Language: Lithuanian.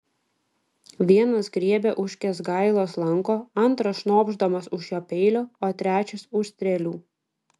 vienas griebia už kęsgailos lanko antras šnopšdamas už jo peilio o trečias už strėlių